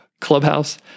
clubhouse